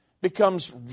becomes